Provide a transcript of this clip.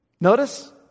Notice